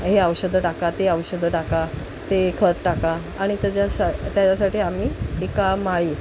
हे औषधं टाका ते औषधं टाका ते खत टाका आणि त्याच्या शा त्याच्यासाठी आम्ही एका माळी